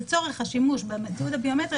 לצורך השימוש בתיעוד הביומטרי,